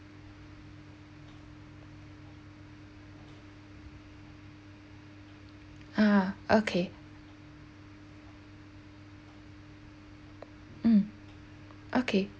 ah okay um okay